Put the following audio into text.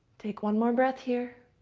take one more breath here.